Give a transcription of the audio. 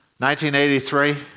1983